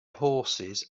horses